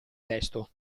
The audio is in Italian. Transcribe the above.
testo